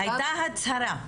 הייתה הצהרה.